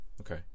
Okay